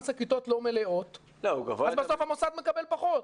שהכיתות לא מלאות אז בסוף המוסד מקבל פחות.